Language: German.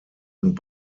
und